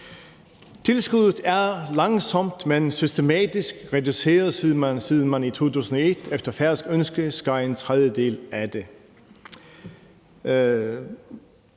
Tilskuddet er langsomt, men systematisk blevet reduceret, siden man i 2001 efter færøsk ønske skar en tredjedel af det.